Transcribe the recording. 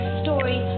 story